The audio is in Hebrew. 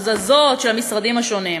הזזות של המשרדים השונים.